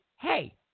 hey